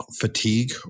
fatigue